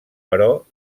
però